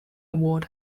award